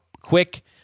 quick